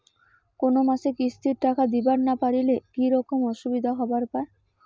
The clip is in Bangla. কোনো মাসে কিস্তির টাকা দিবার না পারিলে কি রকম অসুবিধা হবার পায়?